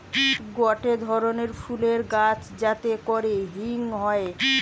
গটে ধরণের ফুলের গাছ যাতে করে হিং হয়ে